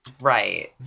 right